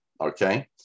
okay